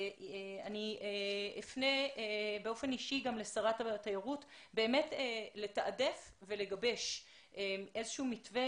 אני אפנה באופן איש לשרת התיירות לתעדף ולגבש איזשהו מתווה